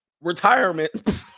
Retirement